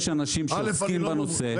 יש אנשים שעוסקים בנושא,